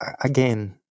again